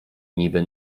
niby